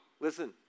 listen